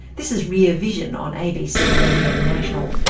this is rear vision on abc radio national.